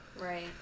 right